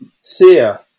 Sia